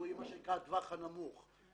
זה הטווח הנמוך.